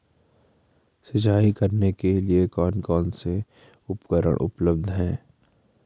सिंचाई करने के लिए कौन कौन से उपकरण उपलब्ध हैं?